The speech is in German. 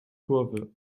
kurve